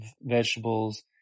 vegetables